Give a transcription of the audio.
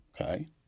okay